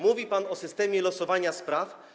Mówi pan o systemie losowania spraw?